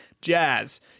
jazz